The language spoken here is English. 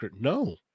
no